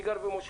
אני גר במושב.